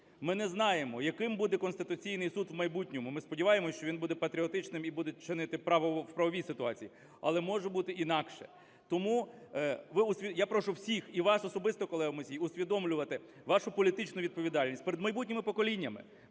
Ми не знаємо, яким буде Конституційний Суд в майбутньому. Ми сподіваємось, що він буде патріотичним і буде чинити в правовій ситуації, але може бути інакше. Тому я прошу всіх, і вас особисто, колего Мусій, усвідомлювати вашу політичну відповідальність перед майбутніми поколіннями,